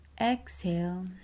exhale